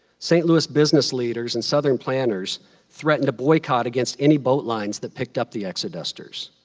st. louis business leaders and southern planters threatened to boycott against any boat lines that picked up the exodusters.